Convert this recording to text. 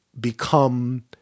become